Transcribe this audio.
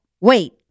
Wait